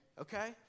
okay